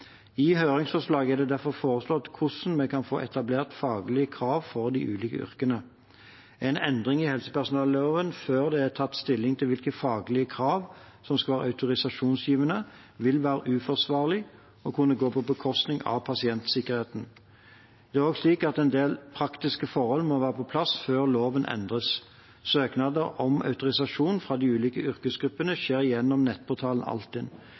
I høringsforslaget er det derfor foreslått hvordan vi kan få etablert faglige krav for de ulike yrkene. En endring i helsepersonelloven før det er tatt stilling til hvilke faglige krav som skal være autorisasjonsgivende, vil være uforsvarlig og vil kunne gå på bekostning av pasientsikkerheten. Det er også slik at en del praktiske forhold må være på plass før loven endres. Søknader om autorisasjon fra de ulike yrkesgruppene skjer gjennom nettportalen